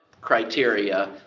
criteria